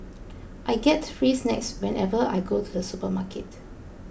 I get free snacks whenever I go to the supermarket